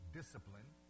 discipline